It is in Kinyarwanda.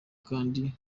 kandi